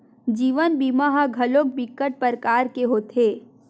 जीवन बीमा ह घलोक बिकट परकार के होथे